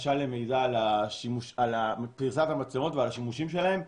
בבקשה למידע על פריסת המצלמות ועל השימושים שלהן.